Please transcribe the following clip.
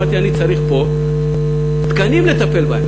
אמרתי: אני צריך פה תקנים כדי לטפל בהם.